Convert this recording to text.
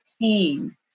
pain